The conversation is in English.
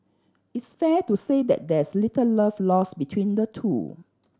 it's fair to say that there's little love lost between the two